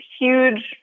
huge